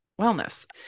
wellness